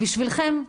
בשבילכם,